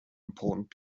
important